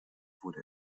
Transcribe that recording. wurde